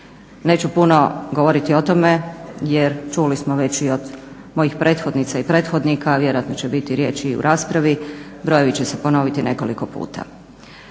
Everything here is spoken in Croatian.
Neću puno govoriti o tome jer čuli smo već i od mojih prethodnica i prethodnika, a vjerojatno će biti riječi i u raspravi brojevi će se ponoviti nekoliko puta.